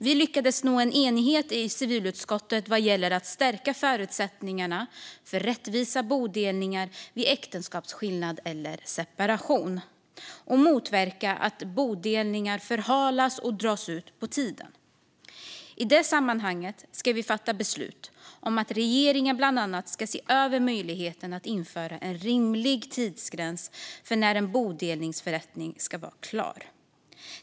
Vi lyckades nå enighet i civilutskottet vad gäller att stärka förutsättningarna för rättvisa bodelningar vid äktenskapsskillnad eller separation och motverka att bodelningar förhalas och dras ut på tiden. I det sammanhanget ska vi fatta beslut om att regeringen bland annat ska se över möjligheten att införa en rimlig tidsgräns för när en bodelningsförrättning ska vara klar.